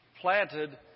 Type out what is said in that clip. planted